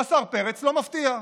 והשר פרץ לא מפתיע,